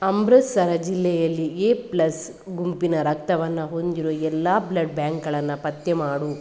ಅಮೃತ್ಸರ ಜಿಲ್ಲೆಯಲ್ಲಿ A plus ಗುಂಪಿನ ರಕ್ತವನ್ನು ಹೊಂದಿರೋ ಎಲ್ಲ ಬ್ಲಡ್ ಬ್ಯಾಂಕ್ಗಳನ್ನು ಪತ್ತೆ ಮಾಡು